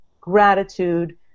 gratitude